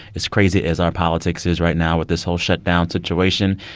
as crazy as our politics is right now with this whole shutdown situation,